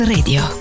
Radio